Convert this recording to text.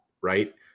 Right